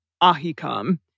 Ahikam